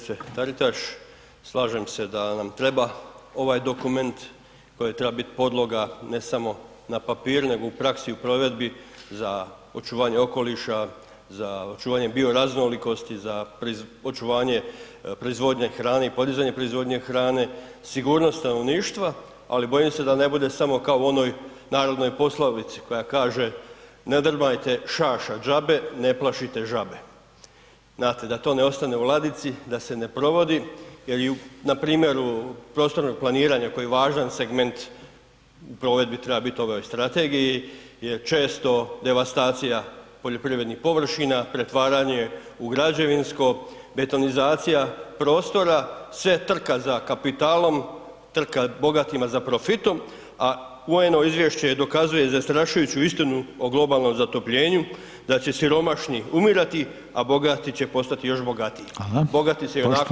Uvažena kolegice Taritaš slažem se da nam ovaj dokument koji treba biti podloga ne samo na papiru nego u praksi i u provedbi za očuvanje okoliša, za očuvanje bioraznolikosti, za očuvanje proizvodnje hrane i podizanje proizvodnje hrane, sigurnost stanovništva, ali bojim se da ne bude samo kao u onoj narodnoj poslovici koja kaže „ne drmajte šaša đabe, ne plašite žabe“, znate da to ne ostane u ladici da se ne provodi jer i na primjeru prostornog planiranja koji je važan segment u provedbi treba biti u ovoj strategiji je često devastacija poljoprivrednih površina, pretvaranje u građevinsko, betonizacija prostora, sve trka za kapitalom, trka bogatima za profitom, a UN-ovo izvješće dokazuje zastrašujuću istinu o globalnom zatopljenju, da će siromašni umirati, a bogati će postati još bogatiji, bogati se ionako za sebe pobrinu.